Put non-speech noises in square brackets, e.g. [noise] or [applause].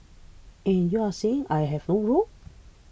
and you are saying I have no role [noise]